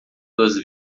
duas